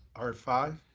r five.